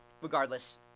regardless